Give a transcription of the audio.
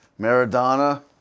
Maradona